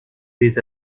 des